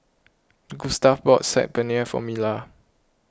Gustave bought Saag Paneer for Mila